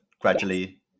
gradually